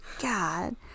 God